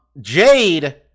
Jade